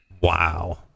Wow